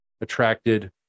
attracted